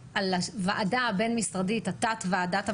הוועדה בין-משרדית, תת ועדת המחירים,